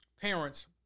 parents